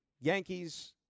Yankees